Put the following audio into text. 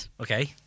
Okay